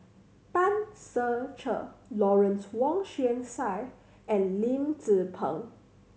Tan Ser Cher Lawrence Wong Shyun Tsai and Lim Tze Peng